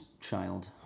child